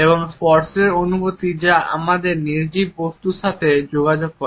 এবং স্পর্শের অনুভূতি যা আমাদের নির্জীব বস্তুর সাথে যোগাযোগ করে